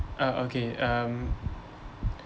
uh okay um